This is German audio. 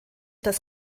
das